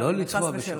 לא, חס ושלום.